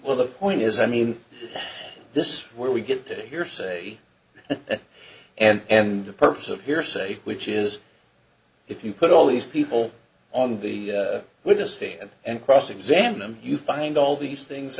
well the point is i mean this is where we get to hear say that and and the purpose of hearsay which is if you put all these people on the witness stand and cross examine them you find all these things